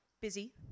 Busy